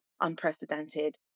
unprecedented